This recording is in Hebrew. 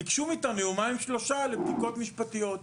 ביקשו מאתנו יומיים-שלושה לבדיקות משפטיות.